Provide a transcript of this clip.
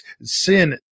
sin